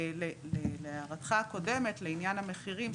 להערתך הקודמת לעניין המחירים,